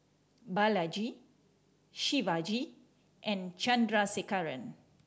Balaji Shivaji and Chandrasekaran